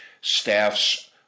staffs